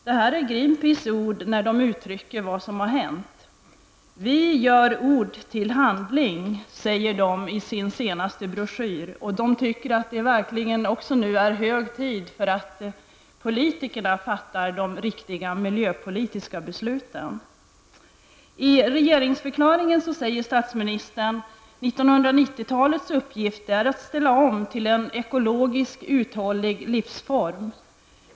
Detta är Greenpeaces ord när man beskriver vad som har hänt. ''Vi gör ord till handling'', säger Greenpeacs i sin senaste broschyr. Man tycker att det nu är hög tid att politiker fattar de riktiga miljöpolitiska besluten. I regeringsförklaringen heter det: ''1990-talets uppgift är att ställa om till en ekologiskt uttålig livsform.